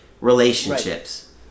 relationships